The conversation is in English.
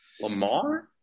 Lamar